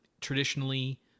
Traditionally